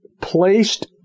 placed